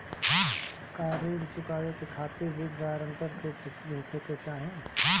का ऋण चुकावे के खातिर भी ग्रानटर के उपस्थित होखे के चाही?